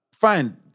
fine